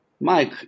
Mike